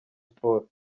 sports